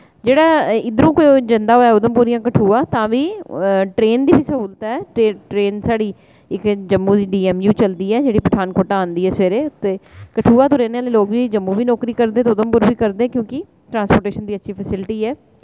जेह्ड़ा इद्धरों कोई जंदा होऐ उधमपुर जां कठुआ तां बी ट्रेन दी बी स्हूलतां ऐ टे ट्रेन साढ़ी इक जम्मू दी डीएमयू चलदी ऐ जेह्ड़ी पठानकोटा औंदी ऐ सवेरे ते कठुआ तो रौह्ने आह्ले लोक बी जम्मू बी नौकरी करदे ते उधमपुर बी करदे क्यूंकि ट्रांसपोर्टेशन दी अच्छी फैसिलिटी ऐ